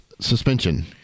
suspension